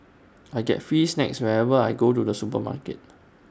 I get free snacks whenever I go to the supermarket